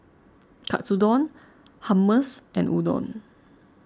Katsudon Hummus and Udon